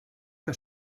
que